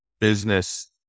business